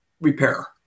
repair